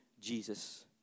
Jesus